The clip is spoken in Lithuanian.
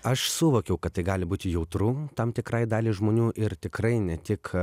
aš suvokiau kad tai gali būti jautru tam tikrai dalį žmonių ir tikrai ne tik